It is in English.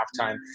halftime